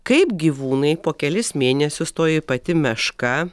kaip gyvūnai po kelis mėnesius toji pati meška